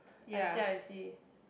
I see I see